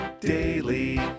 Daily